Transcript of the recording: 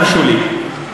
תרשו לי.